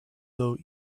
though